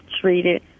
treated